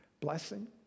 blessing